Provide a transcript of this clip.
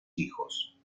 hijos